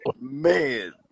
man